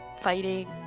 fighting